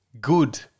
good